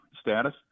status